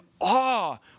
awe